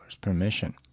permission